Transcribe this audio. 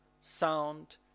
sound